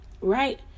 Right